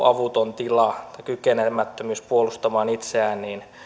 avuttoman tilan takia on kykenemätön puolustamaan itseään niin